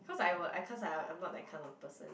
cause I were I cause I I'm not that kind of person